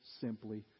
simply